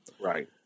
Right